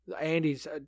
Andy's